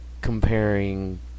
comparing